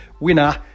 Winner